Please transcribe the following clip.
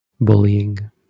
bullying